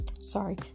sorry